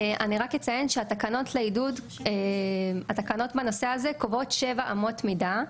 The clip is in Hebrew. אני רק אציין שהתקנות בנושא הזה קובעות שבע אמות מידה,